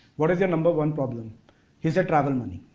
what is your number one problem he said travel money